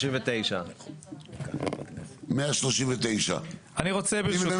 139. 139. מי מנמק?